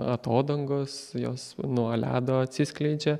atodangos jos nuo ledo atsiskleidžia